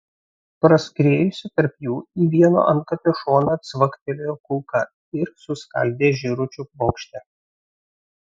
praskriejusi tarp jų į vieno antkapio šoną cvaktelėjo kulka ir suskaldė žėručio plokštę